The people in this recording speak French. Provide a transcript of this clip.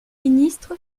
ministre